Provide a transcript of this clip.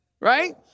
right